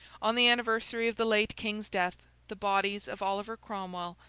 on the anniversary of the late king's death, the bodies of oliver cromwell,